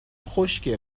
خشکه